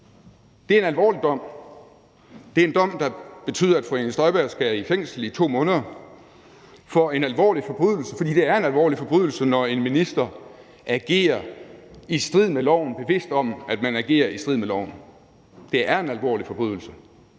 det er en alvorlig dom. Det er en dom, der betyder, at fru Inger Støjberg skal i fængsel i 2 måneder for en alvorlig forbrydelse, for det er en alvorlig forbrydelse, når en minister agerer i strid med loven, bevidst om, at man agerer i strid med loven. Det er en alvorlig forbrydelse.